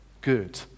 good